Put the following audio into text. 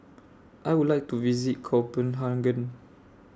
I Would like to visit Copenhagen